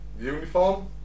Uniform